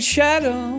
Shadow